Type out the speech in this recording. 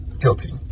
guilty